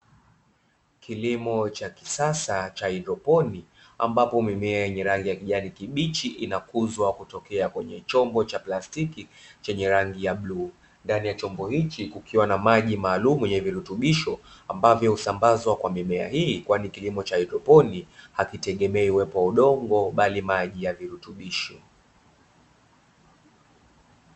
Kilimo cha kisasa cha haidroponi ambapo mimea yenye rangi ya kijani kibichi inakuzwa kutokea kwenye chombo cha plastiki chenye rangi ya bluu. Ndani ya chombo hichi kukiwa na maji maalumu yenye virutubisho ambavyo husambazwa kwa mimea hii, kwani ni kilimo cha haidroponi hakitegemei uwepo wa udongo bali maji ya virutubishi.